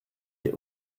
dès